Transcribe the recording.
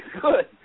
good